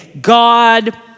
God